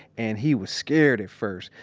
and he was scared at first,